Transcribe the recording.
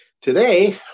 Today